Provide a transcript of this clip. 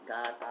God